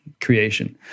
creation